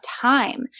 time